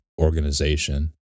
organization